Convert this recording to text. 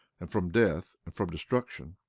and from death, and from destruction